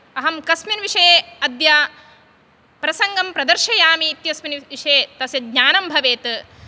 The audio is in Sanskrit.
अहं कस्मिन् विषये अद्य प्रसङ्गं प्रदर्शयामि इत्यस्मिन् विषये तस्य ज्ञानं भवेत्